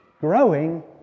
growing